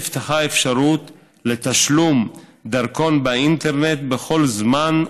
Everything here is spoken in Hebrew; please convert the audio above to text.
נפתחה אפשרות לתשלום על דרכון באינטרנט בכל זמן,